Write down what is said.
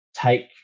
take